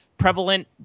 prevalent